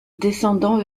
descendant